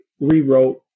rewrote